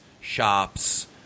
shops